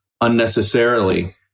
unnecessarily